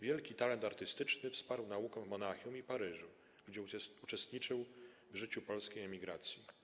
Wielki talent artystyczny wsparł nauką w Monachium i Paryżu, gdzie uczestniczył w życiu polskiej emigracji.